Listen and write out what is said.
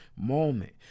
moment